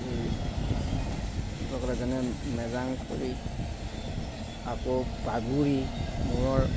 এই কিক'লে যেনে মেজাং কৰি আকৌ পাগুৰি মূৰৰ